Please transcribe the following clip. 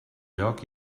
lloc